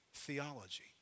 theology